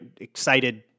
excited